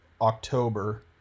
October